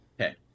Okay